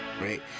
Right